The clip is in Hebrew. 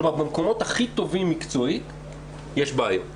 כלומר במקומות הכי טובים מקצועית יש בעיות,